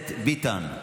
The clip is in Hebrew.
ביטן,